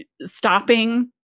stopping